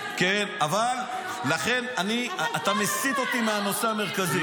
--- לכן אני, אתה מסיט אותי מהנושא המרכזי.